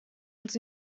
als